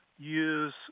use